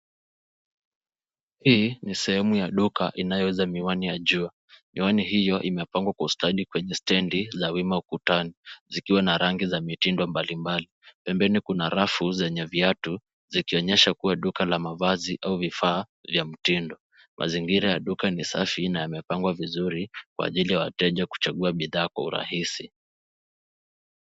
Hii ni sehemu ya duka inayouza miwani ya jua. Miwani hiyo imepangwa kwa ustadi kwenye stendi za wima ukutani, zikiwa na rangi na mitindo mbalimbali. Pembeni kuna rafu zenye viatu zikionyesha kuwa duka la mavazi au vifaa vya mtindo. Mazingira ya duka ni safi na yamepangwa vizuri kwa ajili ya wateja kuchagua bidhaa kwa urahisi.